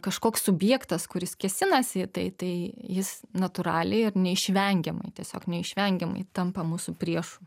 kažkoks subjektas kuris kėsinasi tai tai jis natūraliai ir neišvengiamai tiesiog neišvengiamai tampa mūsų priešu